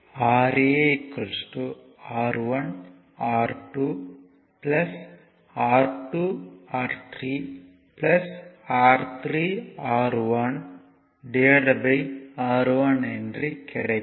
Ra R1 R2 R2 R3 R3 R1R1என்று கிடைக்கும்